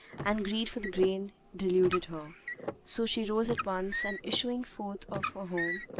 and greed for the grain deluded her so she rose at once and issuing forth of her home,